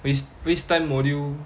wast~ waste time module